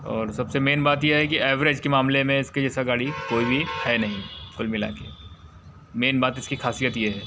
और सबसे मेन बात यह है कि एवरेज की मामले में इसके जैसा गाड़ी कोई भी है नहीं कुल मिला कर मेन बात इसकी ख़ासियत यह है